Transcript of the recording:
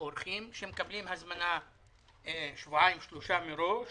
אורחים שמקבלים הזמנה שבועיים שלושה מראש